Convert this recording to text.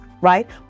right